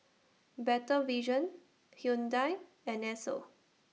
Better Vision Hyundai and Esso